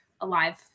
alive